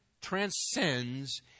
transcends